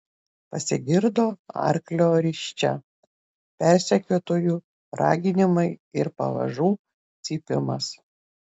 pasigirdo arklio risčia persekiotojų raginimai ir pavažų cypimas